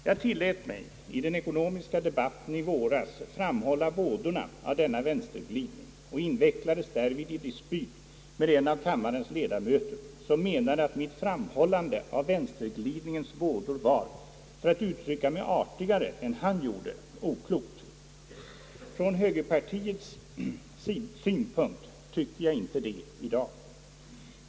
Jag tillät mig i den ekonomiska debatten i våras att framhålla vådorna av denna vänsterglidning och invecklades därvid i dispyt med en av kammarens ledamöter, som menade att mitt framhållande av vänsterglidningens vådor var — för att uttrycka det artigare än han gjorde — oklokt. Från högerpartiets synpunkt tycker jag inte det i dag.